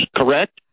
correct